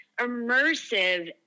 immersive